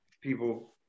people